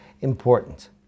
important